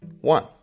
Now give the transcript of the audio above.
one